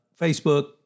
Facebook